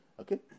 okay